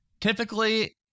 Typically